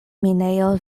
minejo